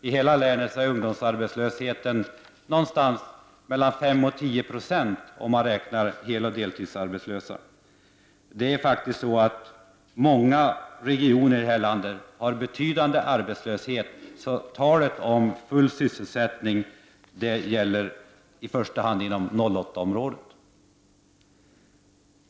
I hela landet är ungdomsarbetslösheten någonstans mellan 5 och 10 26, om man räknar med heltidsoch deltidsarbetslösa. Många regioner i det här landet har faktiskt betydande arbetslöshet. Så talet om full sysselsättning gäller i första hand 08-området.